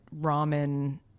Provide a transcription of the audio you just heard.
ramen